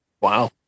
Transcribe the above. wow